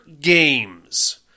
games